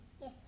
Yes